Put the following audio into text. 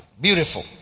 Beautiful